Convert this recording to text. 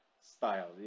style